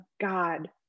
God